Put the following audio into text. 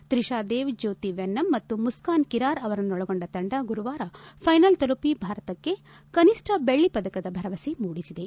ತ್ರಿಶಾ ದೇವ್ ಜ್ಲೋತಿ ವೆನ್ನಂ ಮತ್ತು ಮುಸ್ನಾನ್ ಕಿರಾರ್ ಅವರನ್ನೊಳಗೊಂಡ ತಂಡ ಗುರುವಾರ ಫೈನಲ್ ತಲುಪಿ ಭಾರತಕ್ಕೆ ಕನಿಷ್ಣ ಬೆಳ್ಳ ಪದಕದ ಭರವಸೆ ಮೂಡಿಸಿದೆ